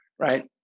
Right